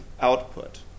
output